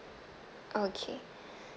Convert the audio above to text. okay